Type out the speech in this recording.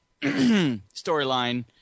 storyline